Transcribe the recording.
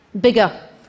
Bigger